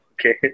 okay